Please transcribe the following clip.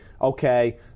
okay